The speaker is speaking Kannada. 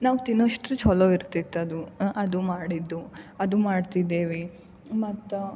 ನಾವು ತಿನ್ನೋಷ್ಟು ಚಲೋ ಇರ್ತಿತ್ತು ಅದು ಅದು ಮಾಡಿದ್ದು ಅದು ಮಾಡ್ತಿದ್ದೇವು ಮತ್ತು